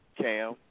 Cam